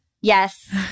Yes